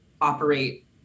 operate